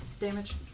damage